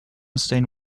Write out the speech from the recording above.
stained